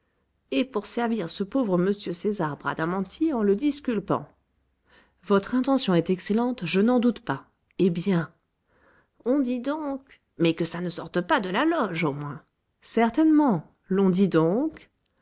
et pour servir ce pauvre m césar bradamanti en le disculpant votre intention est excellente je n'en doute pas eh bien on dit donc mais que ça ne sorte pas de la loge au moins certainement l'on dit donc